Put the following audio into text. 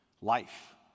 Life